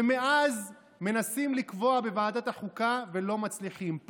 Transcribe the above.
ומאז מנסים לקבוע בוועדת החוקה ולא מצליחים,